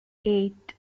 eight